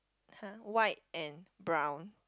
!huh! white and brown